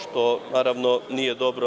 Što naravno nije dobro.